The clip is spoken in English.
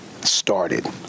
started